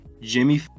Jimmy